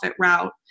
route